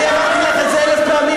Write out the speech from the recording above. אני אמרתי לך את זה אלף פעמים,